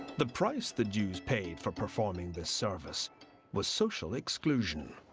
the price the jews paid for performing this service was social exclusion.